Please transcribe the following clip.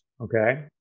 Okay